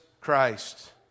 Christ